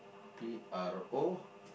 P R O